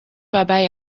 waarbij